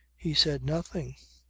he said nothing.